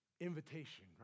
invitation